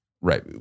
right